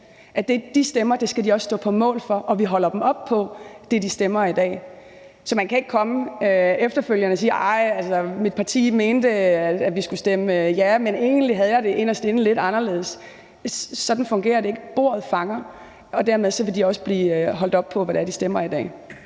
det, de stemmer, skal de også stå på mål for, og at vi holder dem op på det, de stemmer i dag. Så man kan ikke komme efterfølgende og sige: Arh, mit parti mente, at vi skulle stemme ja, men egentlig havde jeg det inderst inde lidt anderledes. Sådan fungerer det ikke. Bordet fanger, og dermed vil de også blive holdt op på, hvad det er, de stemmer i dag.